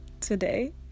today